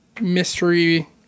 mystery